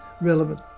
relevant